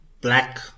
black